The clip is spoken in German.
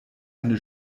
eine